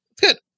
Good